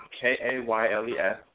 K-A-Y-L-E-S